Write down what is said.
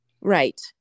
Right